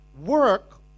work